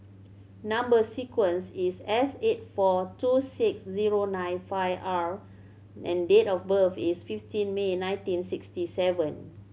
number sequence is S eight four two six zero nine five R and date of birth is fifteen May nineteen sixty seven